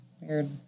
weird